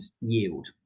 yield